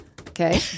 Okay